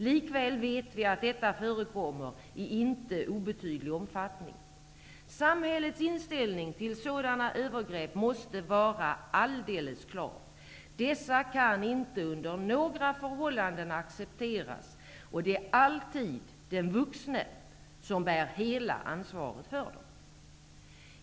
Likväl vet vi att detta förekommer i inte obetydlig omfattning. Samhällets inställning till sådana övergrepp måste vara alldeles klar -- dessa kan inte under några förhållanden accepteras, och det är alltid den vuxne som bär hela ansvaret för dem.